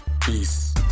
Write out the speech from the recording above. Peace